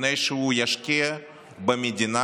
לפני שהוא ישקיע במדינה